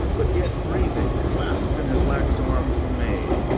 but yet breathing clasped in his lax arms the maid,